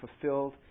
fulfilled